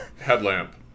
headlamp